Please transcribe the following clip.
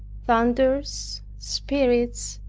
thunders, spirits,